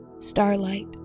starlight